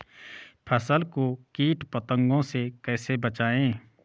फसल को कीट पतंगों से कैसे बचाएं?